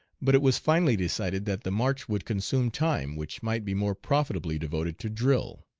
but it was finally decided that the march would consume time which might be more profitably devoted to drill.